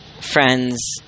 ...friends